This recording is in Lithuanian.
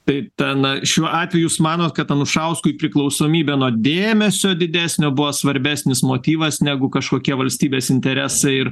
tai ten na šiuo atveju jūs manot kad anušauskui priklausomybė nuo dėmesio didesnio buvo svarbesnis motyvas negu kažkokie valstybės interesai ir